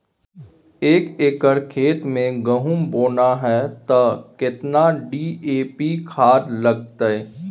एक एकर खेत मे गहुम बोना है त केतना डी.ए.पी खाद लगतै?